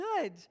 good